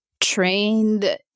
trained